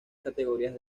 categorías